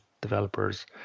developers